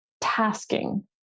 tasking